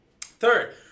Third